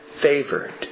favored